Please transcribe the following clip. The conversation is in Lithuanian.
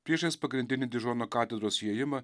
priešais pagrindinį dižono katedros įėjimą